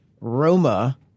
Roma